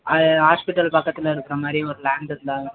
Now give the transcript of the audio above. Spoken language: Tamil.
அது ஹாஸ்பிடல் பக்கத்தில் இருக்கிற மாதிரி ஒரு லேண்ட் இருந்தால்